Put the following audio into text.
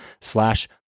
slash